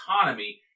economy